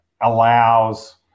allows